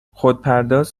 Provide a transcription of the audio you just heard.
خودپرداز